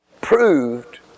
proved